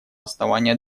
основания